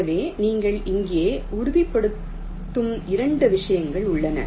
எனவே நீங்கள் இங்கே உறுதிப்படுத்தும் 2 விஷயங்கள் உள்ளன